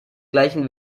gleichen